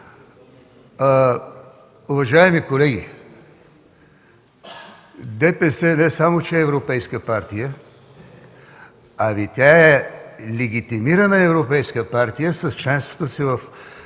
не само е европейска партия, а е легитимирана европейска партия с членството си в